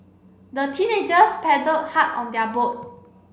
the teenagers paddled hard on their boat